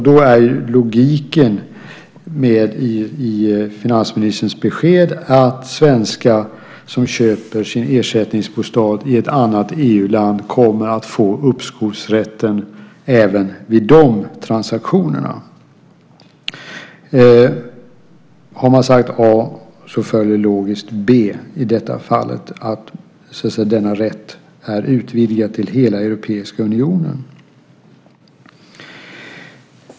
Då är logiken i finansministerns besked att svenskar som köper sin ersättningsbostad i ett annat EU-land kommer att få uppskovsrätt även vid de transaktionerna. Har man sagt a följer logiskt b, i detta fall att denna rätt är utvidgad till hela Europeiska unionen.